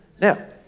Now